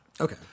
Okay